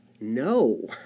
no